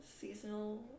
Seasonal